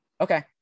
Okay